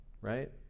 right